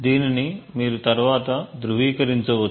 దీనిని మీరు తరువాత ధృవీకరించవచ్చు